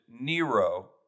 Nero